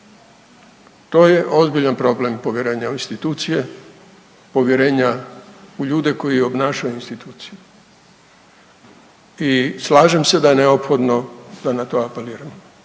To je ozbiljan problem problema u institucije, povjerenja u ljude koji obnašaju instituciju i slažem se da je neophodno da na to apelira.